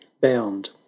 bound